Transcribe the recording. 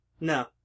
No